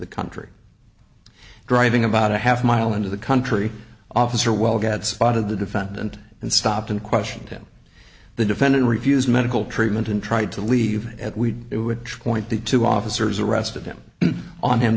the country driving about a half mile into the country officer while dad spotted the defendant and stopped and questioned him the defendant refuse medical treatment and tried to leave at we had twenty two officers arrested him on him